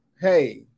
Hey